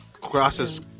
crosses